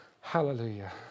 Hallelujah